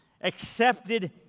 accepted